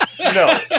no